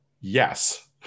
Yes